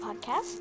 podcast